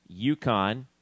UConn